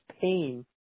pain